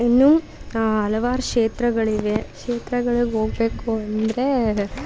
ಇನ್ನೂ ಹಲವಾರು ಕ್ಷೇತ್ರಗಳಿವೆ ಕ್ಷೇತ್ರಗಳ್ಗೆ ಹೋಗ್ಬೇಕು ಅಂದರೆ